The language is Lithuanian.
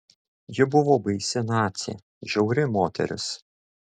ji buvo baisi nacė žiauri moteris